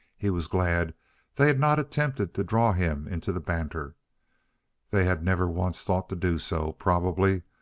he was glad they had not attempted to draw him into the banter they had never once thought to do so, probably,